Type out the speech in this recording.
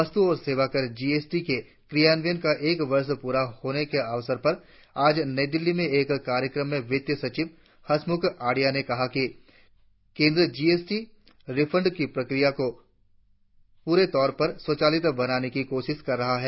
वस्तु और सेवाकर जी एस टी के क्रियान्वयन का एक वर्ष पूरा होने के अवसर पर आज नई दिल्ली में एक कार्यक्रम में वित्त सचिव हसमुख अढ़िया ने कहा कि केंद्र जी एस टी रिफंड की प्रक्रिया को पूरे तौर पर स्वचालित बनाने की कोशिश कर रहा है